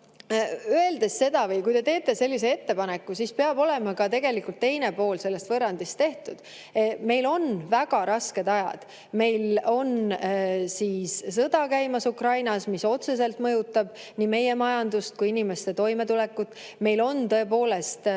kärpida. Kui te teete sellise ettepaneku, siis peab teil olema ka teine pool sellest võrrandist tehtud. Meil on väga rasked ajad. On käimas sõda Ukrainas, mis otseselt mõjutab nii meie majandust kui inimeste toimetulekut. Meil on tõepoolest